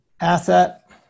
Asset